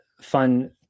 fun